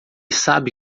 sabe